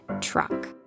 truck